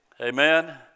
Amen